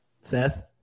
Seth